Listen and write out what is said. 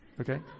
Okay